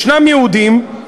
יש יהודים,